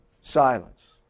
silence